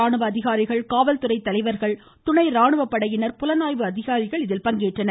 ராணுவ அதிகாரிகள் காவல்துறை தலைவர்கள் மூத்த துணை ராணுவப்படையினர் புலனாய்வு அதிகாரிகள் இதில் பங்கேற்றனர்